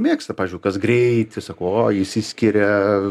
mėgsta pavyzdžiui kas greitį sako o išsiskiria